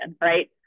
right